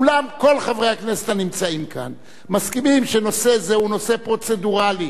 אולם כל חברי הכנסת הנמצאים כאן מסכימים שנושא זה הוא נושא פרוצדורלי,